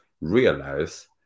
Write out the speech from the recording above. realize